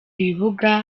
ibibuga